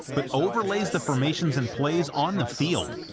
but overlays the formations and plays on the field,